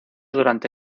durante